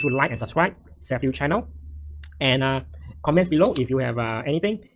like and subscribe cf lieu channel and comment below if you have anything.